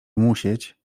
musieć